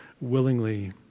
willingly